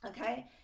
okay